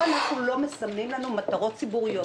אנחנו לא מסמנים לנו מטרות ציבוריות,